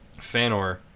Fanor